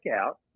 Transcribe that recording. out